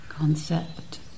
concept